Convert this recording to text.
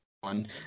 one